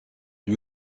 lui